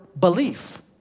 belief